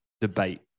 debate